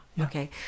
okay